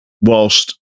whilst